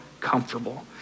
comfortable